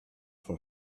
for